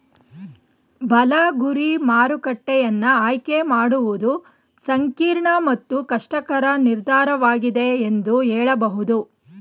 ಬಲ ಗುರಿ ಮಾರುಕಟ್ಟೆಯನ್ನ ಆಯ್ಕೆ ಮಾಡುವುದು ಸಂಕೀರ್ಣ ಮತ್ತು ಕಷ್ಟಕರ ನಿರ್ಧಾರವಾಗಿದೆ ಎಂದು ಹೇಳಬಹುದು